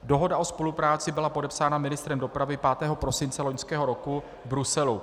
Dohoda o spolupráci byla podepsána ministrem dopravy 5. prosince loňského roku v Bruselu.